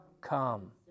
come